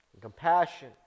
compassion